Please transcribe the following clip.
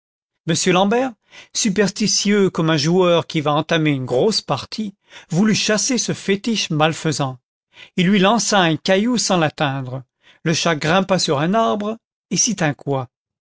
m l'ambert superstitieux comme un joueur qui va entamer une grosse partie voulut chasser ce fétiche malfaisant il lui lança un caillou sans l'atteindre le cha grimpa sur un arbre et s'y tint coi